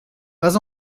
pas